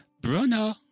Bruno